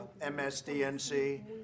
MSDNC